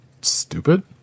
stupid